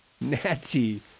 Natty